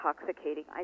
intoxicating